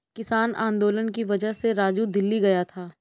किसान आंदोलन की वजह से राजू दिल्ली गया था